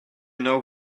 know